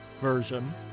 version